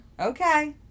Okay